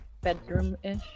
bedroom-ish